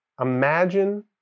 Imagine